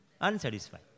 Unsatisfied